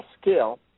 scale